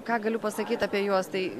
ką galiu pasakyt apie juos tai